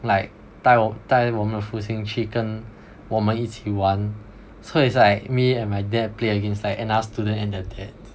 like 带我带我们的父亲去跟我们一起玩 so it's like me and my dad played against like another student and their dad